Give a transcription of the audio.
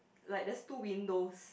like there's two windows